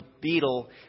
Beetle